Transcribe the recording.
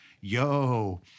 yo